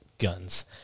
Guns